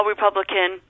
Republican